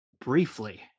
briefly